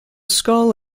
skull